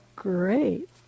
Great